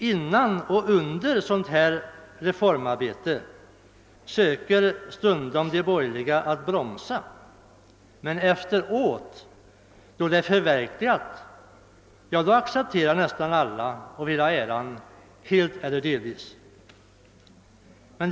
Före och under ett sådant reformarbete försöker de borgerliga ibland att bromsa men efteråt, då det förverkligats, accepterar nästan alla det och vill helt eller delvis ha äran därav.